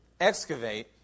Excavate